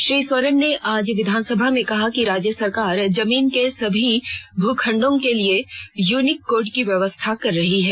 श्री सोरेन ने आज विधानसभा में कहा कि राज्य सरकार जमीन के सभी भू खंडों के लिए यूनिक कोड की व्यवस्था कर रही है